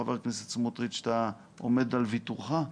חבר הכנסת סמוטריץ', אתה עומד על ויתורך?